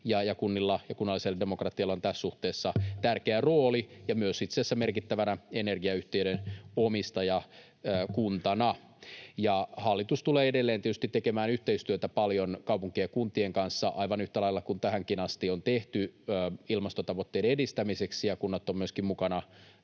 kunnilla ja kunnallisella demokratialla on tässä suhteessa tärkeä rooli itse asiassa myös merkittävänä energiayhtiöiden omistajakuntana. Hallitus tulee edelleen tietysti tekemään paljon yhteistyötä kaupunkien ja kuntien kanssa, aivan yhtä lailla kuin tähänkin asti on tehty ilmastotavoitteiden edistämiseksi, ja kunnat ovat myöskin mukana